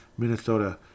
Minnesota